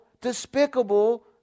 despicable